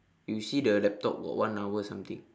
you see the laptop got one hour something